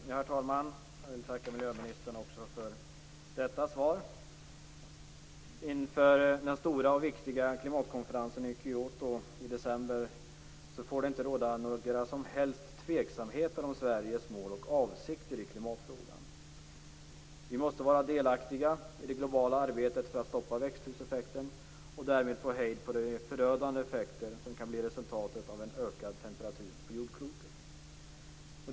Herr talman! Jag vill tacka miljöministern också för detta svar. Kyoto i december får det inte råda några som helst tveksamheter om Sveriges mål och avsikter i klimatfrågan. Vi måste vara delaktiga i det globala arbetet för att stoppa växthuseffekten och därmed få hejd på de förödande effekter som kan bli resultatet av en ökad temperatur på jordklotet.